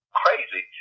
crazy